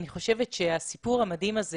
אני חושבת שהסיפור המדהים הזה